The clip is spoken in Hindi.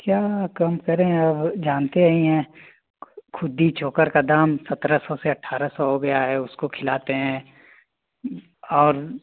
क्या कम करें अब जानते ही हैं खुदी चोकर का दाम सत्रह सौ से अट्ठारा सौ हो गया है उसको खिलाते हैं और